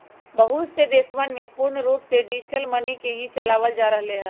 बहुत से देशवन में पूर्ण रूप से डिजिटल मनी के ही चलावल जा रहले है